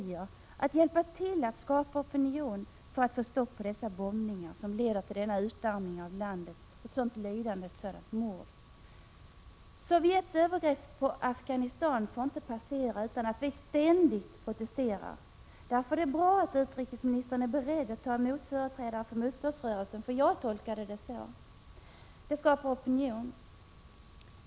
= m.fl. — att hjälpa till att skapa opinion för att få ett stopp på dessa RNA bombningar, som leder till sådan utarmning av landet, sådant lidande, sådant ållandena i Afghanistan, m.m. Sovjets övergrepp på Afghanistan får inte passera utan att vi ständigt protesterar. Därför är det bra att utrikesministern är beredd att ta emot företrädare för motståndsrörelsen — jag tolkar svaret så. Det skapar opinion.